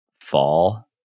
fall